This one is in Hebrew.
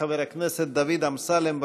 חבר הכנסת דוד אמסלם.